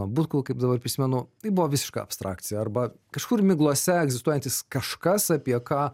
butkų kaip dabar prisimenu tai buvo visiška abstrakcija arba kažkur miglose egzistuojantys kažkas apie ką